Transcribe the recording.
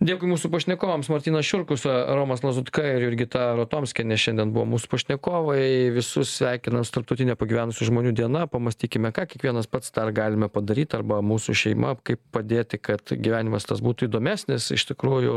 dėkui mūsų pašnekovams martynas šiurkus romas lazutka ir jurgita rotomskienė šiandien buvo mūsų pašnekovai visus sveikinu su tarptautine pagyvenusių žmonių diena pamąstykime ką kiekvienas pats dar galime padaryt arba mūsų šeima kaip padėti kad gyvenimas tas būtų įdomesnis iš tikrųjų